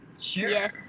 Sure